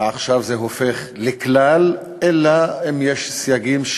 עכשיו זה הופך לכלל אלא אם יש סייגים,